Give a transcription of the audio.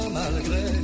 malgré